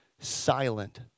silent